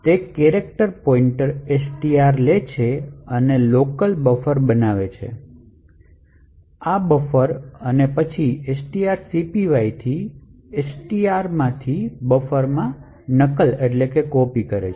તે character pointer STR લે છે અને લોકલ બફર બનાવે બફર અને પછી strcpy થી STR માંથી બફરમાં નકલ કરે છે